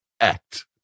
act